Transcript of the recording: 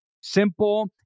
simple